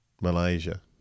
Malaysia